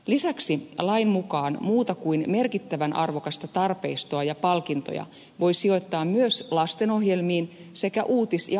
lisäksi lain mukaan muuta kuin merkittävän arvokasta tarpeistoa ja palkintoja voi sijoittaa myös lastenohjelmiin sekä uutis ja ajankohtaislähetyksiin